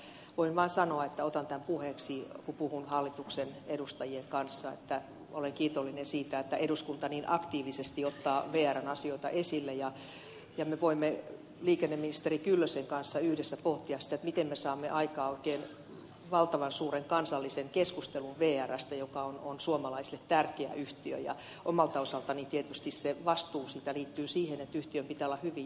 voin vaan sanoa että otan tämän puheeksi kun puhun hallituksen edustajien kanssa ja että olen kiitollinen siitä että eduskunta niin aktiivisesti ottaa vrn asioita esille ja me voimme liikenneministeri kyllösen kanssa yhdessä pohtia sitä miten me saamme aikaan oikein valtavan suuren kansallisen keskustelun vrstä joka on suomalaisille tärkeä yhtiö ja omalta osaltani tietysti se vastuu siitä liittyy siihen että yhtiön pitää olla hyvin